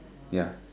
ya